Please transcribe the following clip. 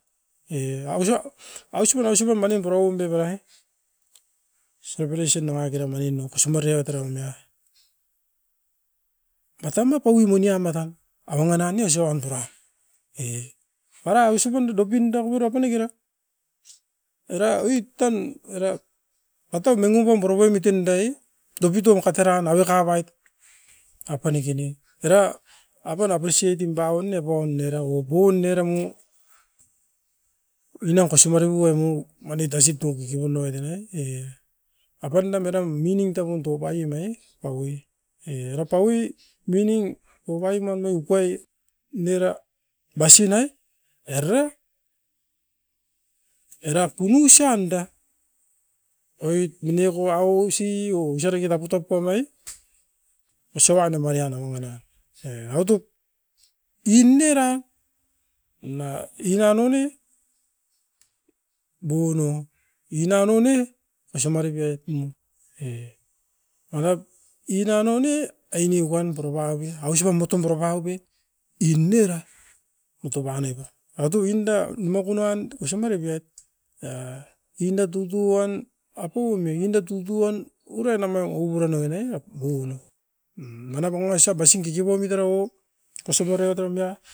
Ina nova ne, bobon sepu nopen, ina nova ne, apaup papeait mineko moi nasiai. Manap tan inda mangi nin ututui apaun tanan.